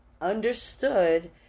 understood